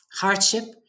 hardship